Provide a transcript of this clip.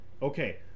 Okay